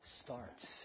starts